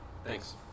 thanks